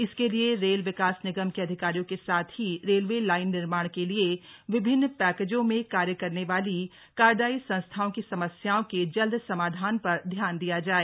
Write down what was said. इसके लिये रेल विकास निगम के अधिकारियों के साथ ही रेलवे लाइन निर्माण के लिए विभिन्न पैकेजों में कार्य करने वाली कार्यदायी संस्थाओं की समस्याओं के जल्द समाधान पर ध्यान दिया जाय